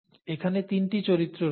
এখানে তিনটি চরিত্র রয়েছে